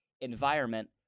environment